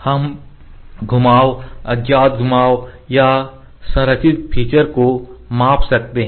हम घुमाव अज्ञात घुमाव या असंरचित फीचर्स को भी माप सकते हैं